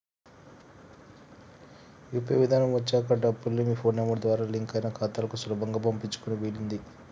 UPI విధానం వచ్చాక డబ్బుల్ని ఫోన్ నెంబర్ ద్వారా లింక్ అయిన ఖాతాలకు సులభంగా పంపించుకునే వీలుంది